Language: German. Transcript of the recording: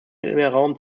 mittelmeerraum